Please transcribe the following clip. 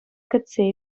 кӗтсе